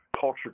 culture